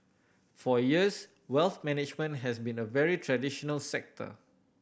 for years wealth management has been a very traditional sector